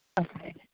Okay